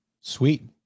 Sweet